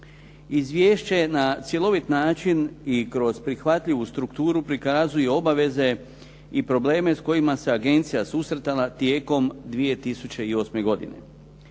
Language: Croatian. Izvješće na cjelovit način i kroz prihvatljivu strukturu prikazuje obaveze i probleme s kojima se agencija susretala tijekom 2008. godine.